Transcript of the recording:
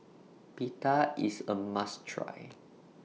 Pita IS A must Try